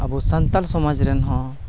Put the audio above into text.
ᱟᱵᱚ ᱥᱟᱱᱛᱟᱞ ᱥᱚᱢᱟᱡᱽ ᱨᱮᱱ ᱦᱚᱸ